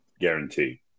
guarantee